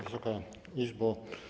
Wysoka Izbo!